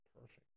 perfect